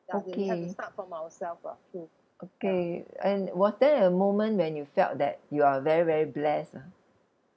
okay okay and was there a moment when you felt that you are very very blessed ah